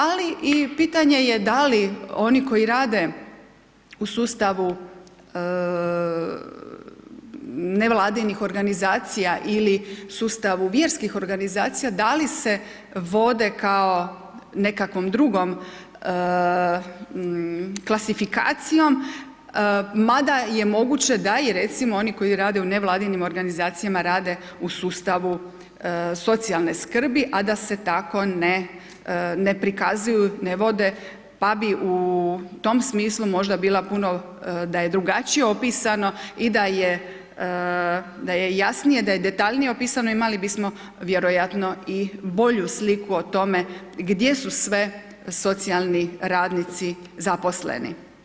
Ali i pitanje je da li oni komi rade u sustavu nevladinih organizacija ili u sustavu vjerskih organizacija, da li se vode kao nekakvom drugom klasifikacijom, m da je moguće, da je recimo, oni koji rade u nevladinim organizacijama, rade u sustavu socijalne skrbi a da se tako ne prikazuju, ne vode, pa bi u tom smislu možda bila puno da je drugačije opisano i da je jasnije, da je detaljnije opisano imali bismo vjerojatno i bolju sliku o tome, gdje su sve socijalni radnici zaposleni.